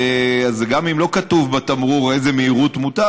אז גם אם לא כתוב בתמרור איזה מהירות מותר,